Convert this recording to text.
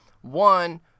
one